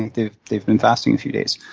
like they've they've been fasting a few days.